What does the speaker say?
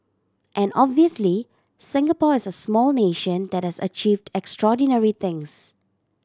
and obviously Singapore is a small nation that has achieved extraordinary things